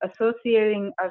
associating